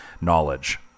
knowledge